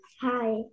Hi